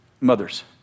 Mothers